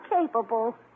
capable